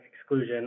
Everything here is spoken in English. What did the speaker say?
exclusion